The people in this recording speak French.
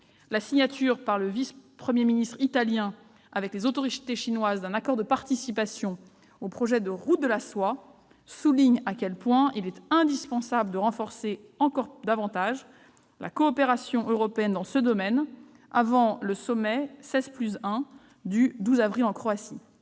La signature par le vice-Premier ministre italien et les autorités chinoises d'un accord de participation au projet des nouvelles routes de la soie souligne à quel point il est indispensable de renforcer encore davantage la coopération européenne dans ce domaine avant le sommet « 16+1 » du 12 avril en Croatie.